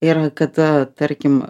ir kada tarkim